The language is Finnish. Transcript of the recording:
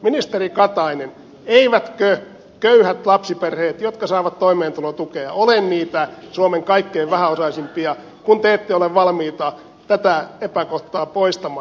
ministeri katainen eivätkö köyhät lapsiperheet jotka saavat toimeentulotukea ole niitä suomen kaikkein vähäosaisimpia kun te ette ole valmiita tätä epäkohtaa poistamaan